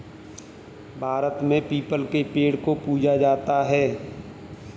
भारत में पीपल के पेड़ को पूजा जाता है